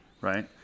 Right